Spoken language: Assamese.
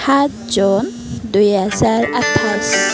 সাত জুন দুই হেজাৰ আঠাইছ